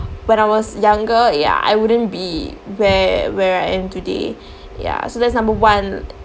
when I was younger yeah I wouldn't be where where I am today yeah so that's number one